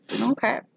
okay